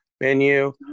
Menu